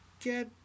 get